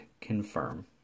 confirm